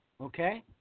Okay